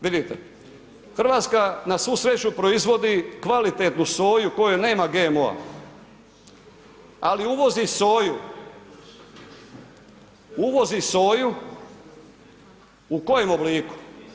Vidite, Hrvatska na svu sreću proizvodi kvalitetnu soju u kojoj nema GMO-a, ali uvozi soju, uvozi soju u kojem obliku?